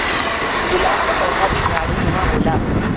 गुलाब क पौधा भी झाड़ीनुमा होला